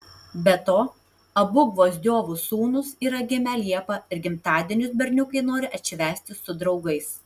be to abu gvozdiovų sūnus yra gimę liepą ir gimtadienius berniukai nori atšvęsti su draugais